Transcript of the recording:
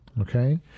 Okay